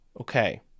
Okay